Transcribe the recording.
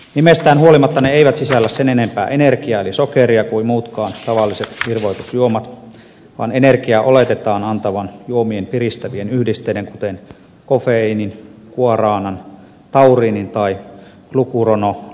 nimestään huolimatta ne eivät sisällä sen enempää energiaa eli sokeria kuin muutkaan tavalliset virvoitusjuomat vaan energiaa oletetaan antavan juomien piristävien yhdisteiden kuten kofeiinin guaranan tauriinin tai glukuronolaktonin